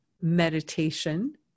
meditation